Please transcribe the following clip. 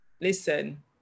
Listen